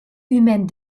humaine